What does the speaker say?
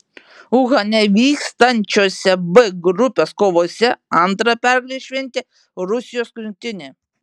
uhane vykstančiose b grupės kovose antrą pergalę šventė rusijos rinktinė